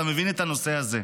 אתה מבין את הנושא הזה.